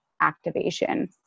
activation